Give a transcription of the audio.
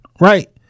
Right